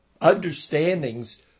understandings